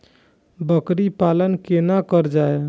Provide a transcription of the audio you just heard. बकरी पालन केना कर जाय?